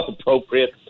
appropriate